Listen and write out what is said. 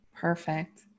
Perfect